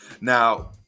Now